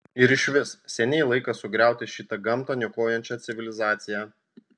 ir išvis seniai laikas sugriauti šitą gamtą niokojančią civilizaciją